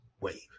wave